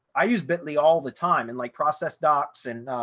i use bitly all the time and like process docs and